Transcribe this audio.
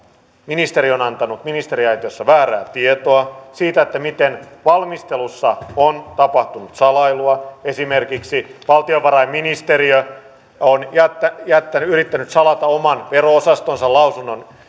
ministeri on antanut ministeriaitiossa väärää tietoa siitä miten valmistelussa on tapahtunut salailua esimerkiksi valtiovarainministeriö on yrittänyt salata oman vero osastonsa lausunnon